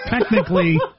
technically